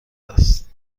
است